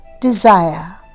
desire